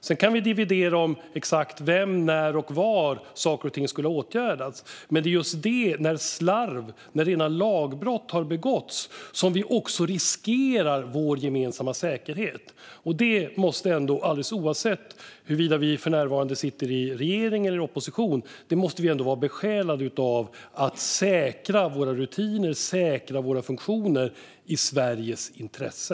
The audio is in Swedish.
Sedan kan vi dividera om exakt vem som skulle ha åtgärdat saker och ting samt när och var det skulle ha gjorts, men det är just när slarv och rena lagbrott begås som vi riskerar vår gemensamma säkerhet. Alldeles oavsett huruvida vi för närvarande sitter i regering eller opposition måste vi ändå vara besjälade av att säkra våra rutiner och funktioner - i Sveriges intresse.